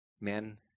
men